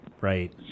right